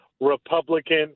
Republican